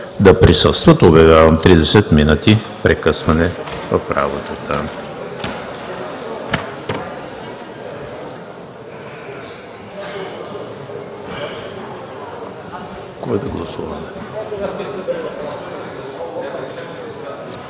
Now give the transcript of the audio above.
да присъстват. Обявявам 30 минути прекъсване в работата.